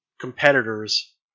competitors